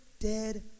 dead